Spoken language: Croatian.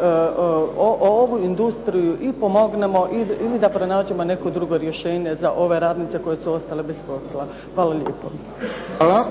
da ovu industriju i pomognemo ili da pronađemo neko drugo rješenje za ove radnice koje su ostale bez posla. Hvala lijepo. **Bebić, Luka (HDZ)** Hvala.